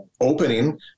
opening